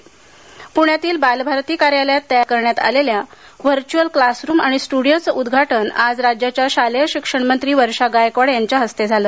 पृण्यातील बालभारती कार्यालयात तयार करण्यात आलेल्या व्हर्च्यूअल क्लासरूम आणि स्ट्डीओचे उद्घाटन आज राज्याच्या शालेय शिक्षणमंत्री वर्षा गायकवाड यांच्या हस्ते झाले